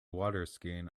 waterskiing